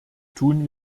tun